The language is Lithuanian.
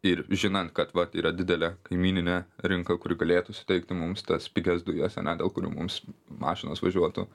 ir žinant kad vat yra didelė kaimyninė rinka kuri galėtų suteikti mums tas pigias dujas ane dėl kurių mums mašinos važiuotų